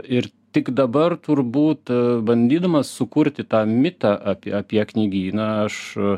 ir tik dabar turbūt bandydamas sukurti tą mitą apie apie knygyną aš